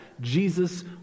Jesus